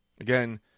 Again